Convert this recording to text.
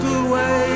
away